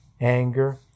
Anger